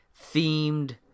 themed